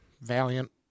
valiant